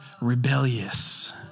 rebellious